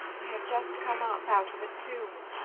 i have just come up out of a tomb.